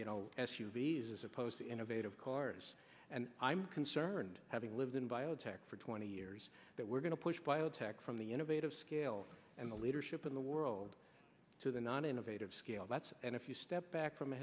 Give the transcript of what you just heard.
you know s u v s as opposed to innovative cars and i'm concerned having lived in biotech for twenty years that we're going to push biotech from the innovative scale and the leadership in the world to the not innovative scale that's and if you step back from a